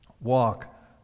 walk